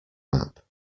map